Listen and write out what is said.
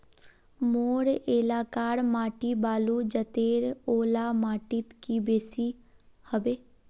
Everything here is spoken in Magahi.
मोर एलाकार माटी बालू जतेर ओ ला माटित की बेसी हबे?